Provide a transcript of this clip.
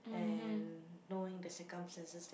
and knowing the circumstances that